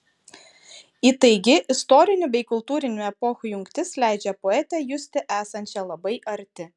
įtaigi istorinių bei kultūrinių epochų jungtis leidžia poetę justi esančią labai arti